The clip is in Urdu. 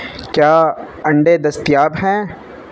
کیا انڈے دستیاب ہیں